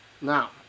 now